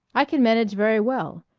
i can manage very well.